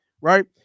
right